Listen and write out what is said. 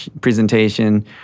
presentation